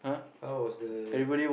how was the